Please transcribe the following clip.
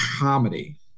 comedy